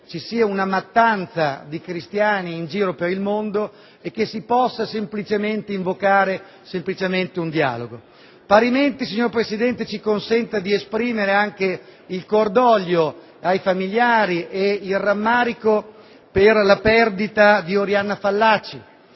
vi sia una mattanza di cristiani in giro per il mondo e che si possa semplicemente invocare il dialogo. Parimenti, signor Presidente, ci consenta di esprimere il rammarico, ed anche il cordoglio ai familiari, per la perdita di Oriana Fallaci.